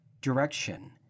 direction